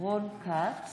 רון כץ,